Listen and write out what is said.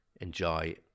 enjoy